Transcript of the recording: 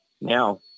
Now